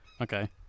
Okay